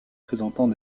présentant